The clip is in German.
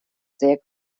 sehr